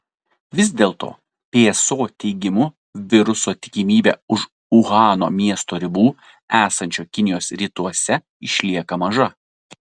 vis dėl to pso teigimu viruso tikimybė už uhano miesto ribų esančio kinijos rytuose išlieka maža